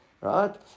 right